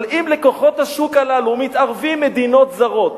אבל אם בכוחות השוק הללו מתערבות מדינות זרות